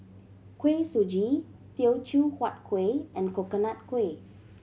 Kuih Suji Teochew Huat Kuih and Coconut Kuih